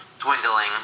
dwindling